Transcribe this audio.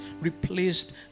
replaced